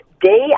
day